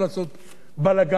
בלגן בקיץ הקרוב.